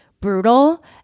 brutal